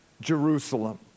Jerusalem